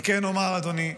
אני כן אומר, אדוני,